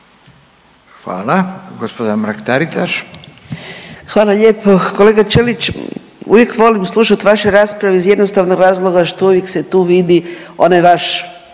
Anka (GLAS)** Hvala lijepo. Kolega Ćelić, uvijek volim slušat vaše rasprave iz jednostavnog razloga što uvijek se tu vidi onaj vaš